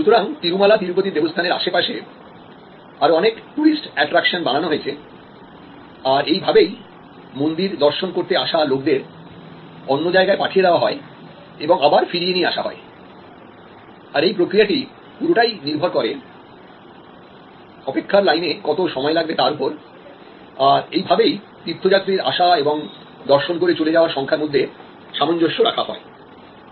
সুতরাং তিরুমালা তিরুপতি দেবস্থান এর আশেপাশে আরো অনেক টুরিস্ট অ্যাট্রাকশন বানানো হয়েছে আর এই ভাবেই মন্দির দর্শন করতে আসা লোকদের অন্য জায়গায় পাঠিয়ে দেওয়া হয় এবং আবার ফিরিয়ে নিয়ে আসা হয় আর এই প্রক্রিয়াটি পুরোটাই নির্ভর করে অপেক্ষার লাইনে কত সময় লাগবে তার উপর আর এই ভাবেই তীর্থযাত্রীর আশা এবং দর্শন করে চলে যাওয়ার সংখ্যার মধ্যে সামঞ্জস্য রাখা হয়